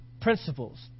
principles